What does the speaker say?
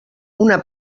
una